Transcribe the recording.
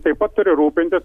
taip pat turi rūpintis